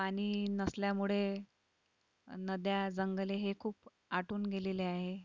पाणी नसल्यामुळे नद्या जंगले हे खूप आटून गेलेले आहे